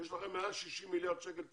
יש לכם מעל 60 מיליארד שקל תקציב,